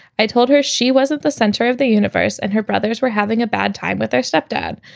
i told her she wasn't the center of the universe and her brothers were having a bad time with our stepdad.